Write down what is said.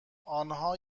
آنها